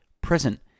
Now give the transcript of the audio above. present